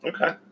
Okay